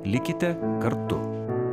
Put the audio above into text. likite kartu